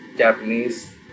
Japanese